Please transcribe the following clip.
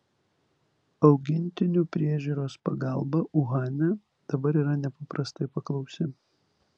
augintinių priežiūros pagalba uhane dabar yra nepaprastai paklausi